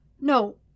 No